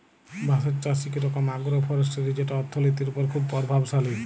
বাঁশের চাষ ইক রকম আগ্রো ফরেস্টিরি যেট অথ্থলিতির উপর খুব পরভাবশালী